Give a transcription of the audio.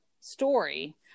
story